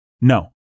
no